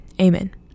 amen